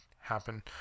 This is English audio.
happen